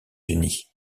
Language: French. unis